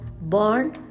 born